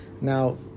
Now